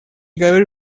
говорю